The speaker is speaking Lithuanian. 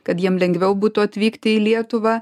kad jiem lengviau būtų atvykti į lietuvą